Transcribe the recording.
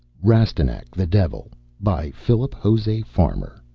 rastignac the devil by. philip jose farmer